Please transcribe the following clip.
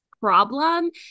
problem